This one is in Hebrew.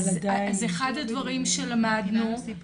אז אחד הדברים שלמדנו זה,